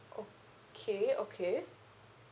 okay okay